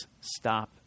Stop